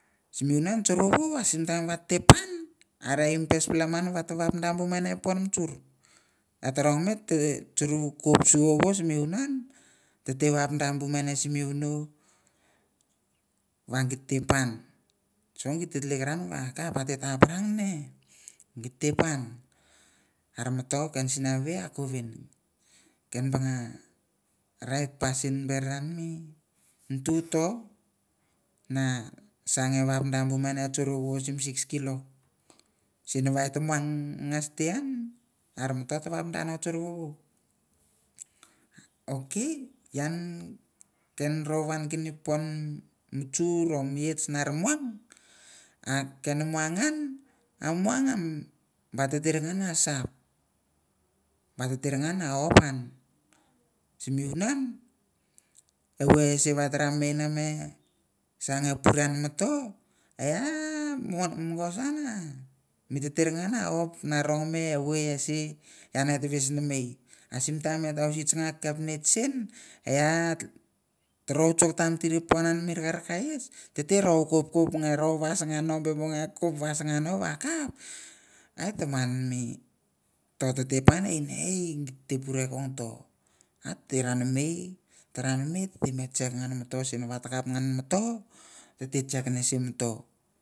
Simiunah chorwowo asimitaim atepan areh firstpl mahn watwat da bu mune pon mutechar ate rong mei ate chorkop siwowos wunan tete wap da bu mehe simi wunoh wah gite pan. Chong kitilkran wah kap ate kapran neh gite pan ara em no mto ken sinavei akuvin ken bangah rait pasin beran me nututo na sanga vapda bu meneh churwowo sim 6 kilok sin wah ate moang ngaste ian areh mito tavapdano churwowo okay ian ken rowan kien i pon michur or mietah na ra moang ah ken moang an ah moang an ba titir ngen ah sap b a titir ngan an op an simiunan eh vei ehsi wah eh tranmei ngeh me sang ngen pureh an mito eh moy mongosan neh evuai ehsi ian at whis namei ah simtaim ate wisi changa kephits shen eh trow chok tam tir ipon ian mi rakraka ets tite row kopkop ngeh row was ngeh kop wasngan no wah kap ai taman mito tite panaineh eigiteh pure kongto ranmei tranmei teme check ngan mito shen wah takap ngan mito tite check nese mito.